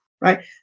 right